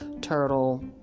turtle